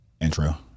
intro